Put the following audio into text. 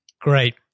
Great